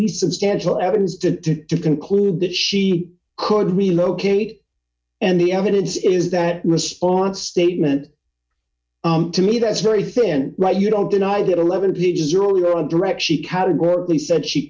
nice substantial evidence to conclude that she could relocate and the evidence is that response statement to me that's very thin right you don't deny that eleven pages earlier on direct she categorically said she